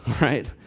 right